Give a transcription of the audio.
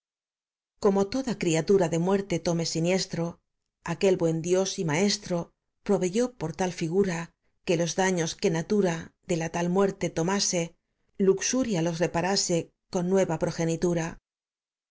como toda criatura de muerte tome siniestro aquel buen dios y maestro proveyó por tal figura que los daños que natura de la tal muerte tomase luxuria los reparase con nueva progenitura